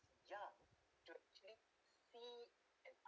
young to actually see and